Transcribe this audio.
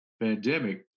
pandemic